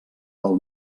del